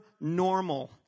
normal